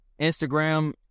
instagram